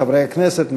חברי הכנסת מהקואליציה,